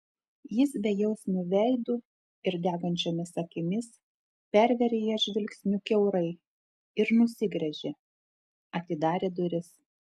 jis bejausmiu veidu ir degančiomis akimis pervėrė ją žvilgsniu kiaurai ir nusigręžė atidarė duris